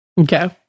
Okay